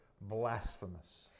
blasphemous